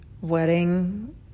wedding